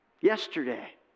Yesterday